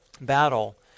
Battle